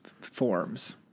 forms